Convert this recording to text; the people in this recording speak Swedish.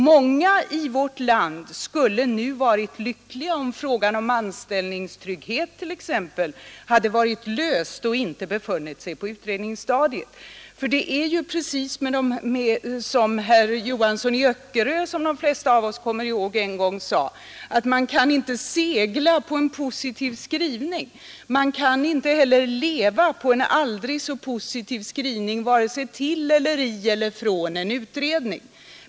Många i vårt land skulle nu varit lyckliga om t.ex. frågan om anställningstryggheten hade varit löst och inte befunnit sig på utredningsstadiet. Det är precis som herr Johansson i Öckerö — som de flesta av oss kommer ihåg — en gång sade: Man kan inte segla på en positiv skrivning. Man kan inte heller leva på en aldrig så positiv skrivning vare sig till eller i eller från en utredning.